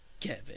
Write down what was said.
Kevin